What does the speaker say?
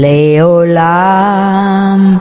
Leolam